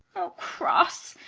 o cross!